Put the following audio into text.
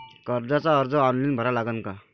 कर्जाचा अर्ज ऑनलाईन भरा लागन का?